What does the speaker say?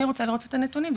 אני רוצה לראות את הנתונים,